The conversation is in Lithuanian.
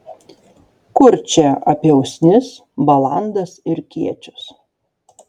kur čia apie usnis balandas ir kiečius